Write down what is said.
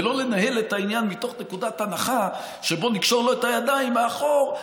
ולא לנהל את העניין מתוך נקודת הנחה שנקשור לו את הידיים מאחור,